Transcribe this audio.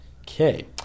Okay